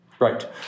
Right